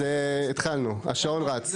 אז התחלנו, השעון רץ.